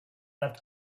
that